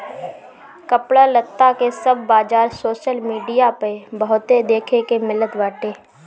कपड़ा लत्ता के सब बाजार सोशल मीडिया पअ बहुते देखे के मिलत बाटे